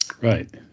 Right